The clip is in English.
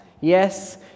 Yes